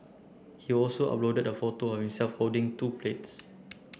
he also uploaded a photo of himself holding two plates